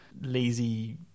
lazy